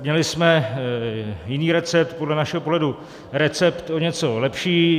Měli jsme jiný recept, podle našeho pohledu recept o něco lepší.